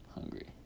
Hungry